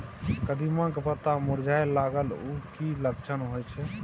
कदिम्मा के पत्ता मुरझाय लागल उ कि लक्षण होय छै?